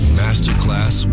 masterclass